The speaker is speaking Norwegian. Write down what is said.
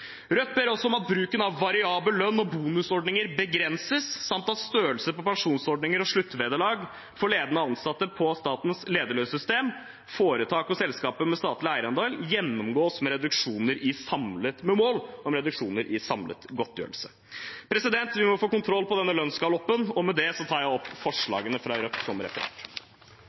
Rødt foreslår også: «Stortinget ber regjeringen sikre at bruken av variabel lønn og bonusordninger begrenses, samt at størrelsen på pensjonsordninger og sluttvederlag for ledende ansatte på Statens lederlønnssystem i staten, foretak og selskaper med statlig eierandel gjennomgås med mål om reduksjoner i samlet godtgjørelse.» Vi må få kontroll på denne lønnsgaloppen. Med dette tar jeg opp forslagene fra Rødt som referert.